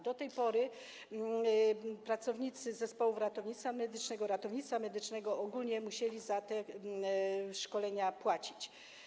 Do tej pory pracownicy zespołów ratownictwa medycznego, ratownictwa medycznego ogólnie musieli za te szkolenia płacić.